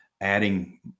adding